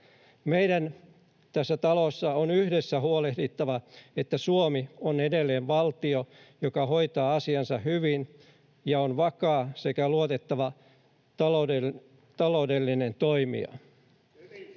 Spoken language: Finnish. Meidän tässä talossa on yhdessä huolehdittava, että Suomi on edelleen valtio, joka hoitaa asiansa hyvin ja on vakaa sekä luotettava taloudellinen toimija.